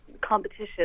competition